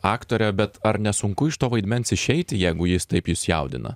aktore bet ar nesunku iš to vaidmens išeiti jeigu jis taip jus jaudina